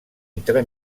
entre